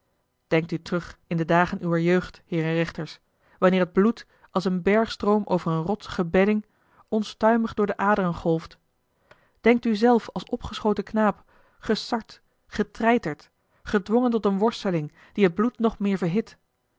denkt u terug in de dagen uwer jeugd heeren rechters wanneer het bloed als een bergstroom over eene rotsige bedding onstuimig door de aderen golft denkt u zelf als opgeschoten knaap gesard getreiterd gedwongen tot eene worsteling die het bloed nog meer verhit